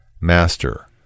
Master